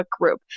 group